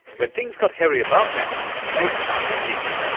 when things got hairy above ground they started digging.